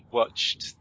watched